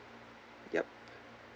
yup